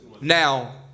Now